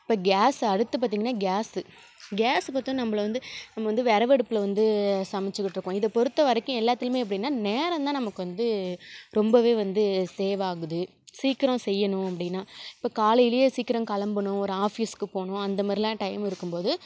இப்போ கேஸ் அடுத்து பார்த்திங்கன்னா கேஸு கேஸ் மட்டும் நம்ப வந்து நம்ம வந்து வெறகு அடுப்பில் வந்து சமைச்சிக்கிட்டுருக்கோம் இதை பொறுத்த வரைக்கும் எல்லாத்திலையுமே எப்படின்னா நேரம் தான் நமக்கு வந்து ரொம்பவே வந்து சேவ் ஆகுது சீக்கிரம் செய்யணும் அப்படின்னா இப்போது காலையிலேயே சீக்கிரம் கிளம்பணும் ஒரு ஆஃபிஸுக்கு போகணும் அந்த மாதிரிலாம் டைம் இருக்கும் போது